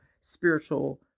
spiritual